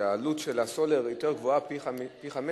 שהעלות של הסולר גבוהה פי-חמישה,